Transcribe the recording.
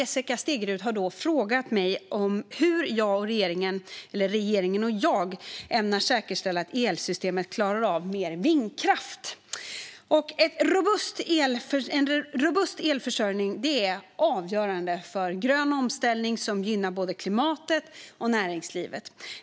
Jessica Stegrud har frågat mig hur regeringen och jag ämnar säkerställa att elsystemet klarar av mer vindkraft. En robust elförsörjning är avgörande för en grön omställning som gynnar både klimatet och näringslivet.